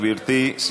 גברתי,